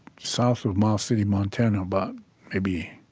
south of miles city, montana, about maybe